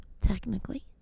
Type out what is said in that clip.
technically